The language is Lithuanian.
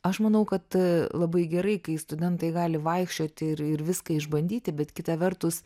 aš manau kad labai gerai kai studentai gali vaikščioti ir ir viską išbandyti bet kita vertus